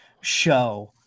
show